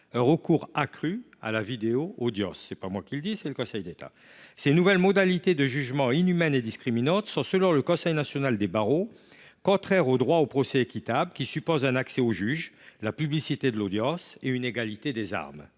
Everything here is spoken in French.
un recours accru à la visio audience ». Ce n’est pas moi qui le dis, c’est le Conseil d’État ! Ces nouvelles modalités de jugement inhumaines et discriminantes sont, selon le Conseil national des barreaux, contraires au droit au procès équitable, qui suppose l’accès au juge, la publicité de l’audience et une égalité des armes.